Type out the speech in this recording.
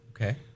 Okay